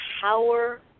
power